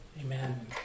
Amen